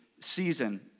season